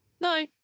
No